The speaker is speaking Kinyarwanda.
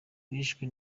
bishwe